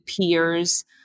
peers